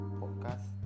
podcast